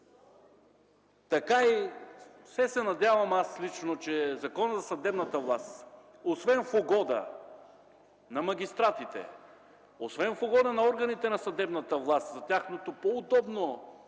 лично все се надявам, че Законът за съдебната власт освен в угода на магистратите, освен в угода на органите на съдебната власт за тяхното по-удобно